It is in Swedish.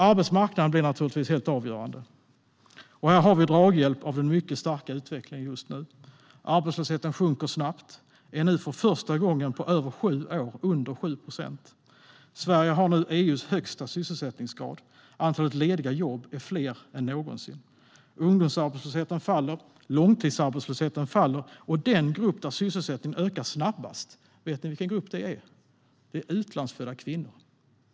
Arbetsmarknaden blir naturligtvis helt avgörande. Här har vi draghjälp av den mycket starka utvecklingen just nu. Arbetslösheten sjunker snabbt och är nu för första gången på över sju år under 7 procent. Sverige har nu EU:s högsta sysselsättningsgrad. Antalet lediga jobb är fler än någonsin. Ungdomsarbetslösheten faller, långtidsarbetslösheten faller och den grupp där sysselsättningen ökar snabbast, vet ni vilken grupp det är? Det är utlandsfödda kvinnor.